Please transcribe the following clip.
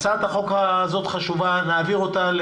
הצעת החוק הזאת חשובה, נעביר אותה.